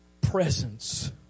presence